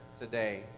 today